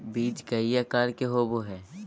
बीज कई आकार के होबो हइ